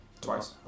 twice